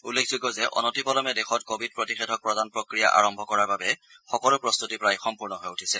উল্লেখযোগ্য যে অনতিপলমে দেশত কোৱিড প্ৰতিষেধক প্ৰদান প্ৰক্ৰিয়া আৰম্ভ কৰাৰ বাবে সকলো প্ৰস্তুতি প্ৰায় সম্পূৰ্ণ হৈ উঠিছে